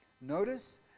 Notice